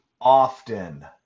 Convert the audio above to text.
often